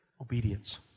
obedience